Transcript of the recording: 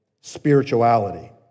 spirituality